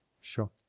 Sure